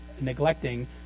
neglecting